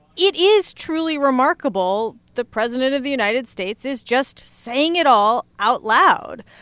it is truly remarkable the president of the united states is just saying it all out loud.